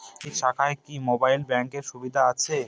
এই শাখায় কি মোবাইল ব্যাঙ্কের সুবিধা আছে?